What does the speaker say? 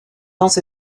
danse